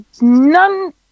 none